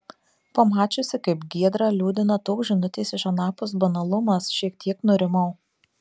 pamačiusi kaip giedrą liūdina toks žinutės iš anapus banalumas šiek tiek nurimau